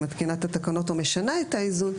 מתקינה את התקנות או משנה את האיזון,